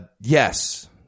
yes